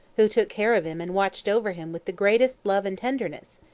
who took care of him, and watched over him with the greatest love and tenderness.